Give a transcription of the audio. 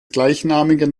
gleichnamigen